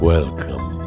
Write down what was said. Welcome